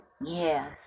Yes